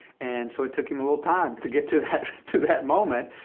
and so it took him a little time to get to to that moment.